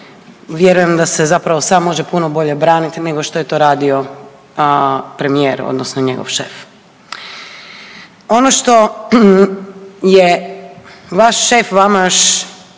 vjerujem da se zapravo sam može puno bolje braniti nego što je to radio premijer odnosno njegov šef. Ono što je vaš šef vama još